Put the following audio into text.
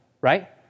right